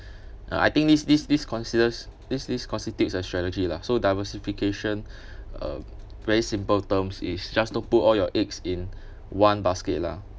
uh I think this this this considers this this constitutes a strategy lah so diversification uh very simple terms is just don't put all your eggs in one basket lah